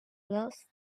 lost